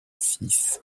six